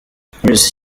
maurice